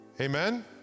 Amen